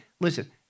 listen